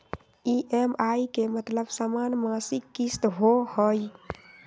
EMI के मतलब समान मासिक किस्त होहई?